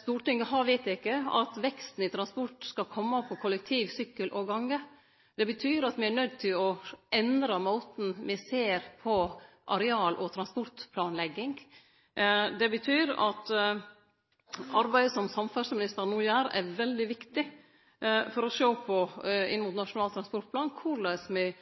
Stortinget har vedteke at veksten i transport skal kome på kollektivsida, sykkel og gange. Det betyr at me er nøydde til å endre måten me ser på areal- og transportplanlegging. Det betyr at arbeidet som samferdsleministeren no gjer, er veldig viktig for å sjå på – inn mot Nasjonal transportplan – korleis me